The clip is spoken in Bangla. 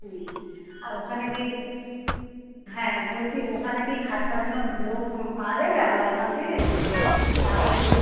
হুম আর ওখানে কি হ্যাঁ বলছি ওখানে কি খাট সাজানোর লোক পাওয়া যাবে আপনার ওখান থেকে তাহলে